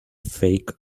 fake